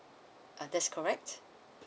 uh that's correct